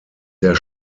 sehr